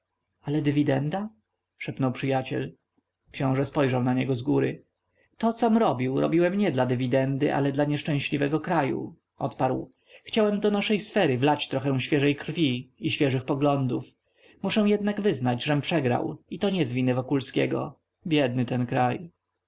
ale dywidenda szepnął przyjaciel książe spojrzał na niego zgóry to com robił robiłem nie dla dywidendy ale dla nieszczęśliwego kraju odparł chciałem do naszej sfery wlać trochę świeżej krwi i świeższych poglądów muszę jednak wyznać żem przegrał i to nie z winy wokulskiego biedny ten kraj